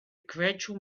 gradual